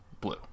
blue